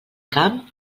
camp